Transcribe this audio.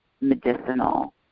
medicinal